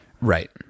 right